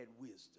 wisdom